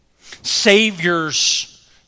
Saviors